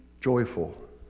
joyful